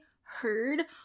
heard